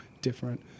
different